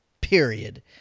period